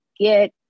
get